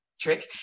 trick